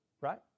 Right